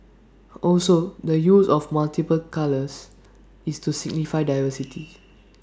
also the use of multiple colours is to signify diversity